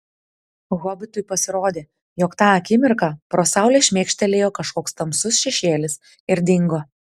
hobitui pasirodė jog tą akimirką pro saulę šmėkštelėjo kažkoks tamsus šešėlis ir dingo